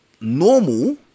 normal